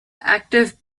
active